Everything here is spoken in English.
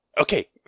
Okay